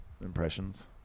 Impressions